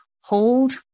hold